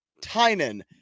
Tynan